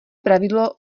pravidlo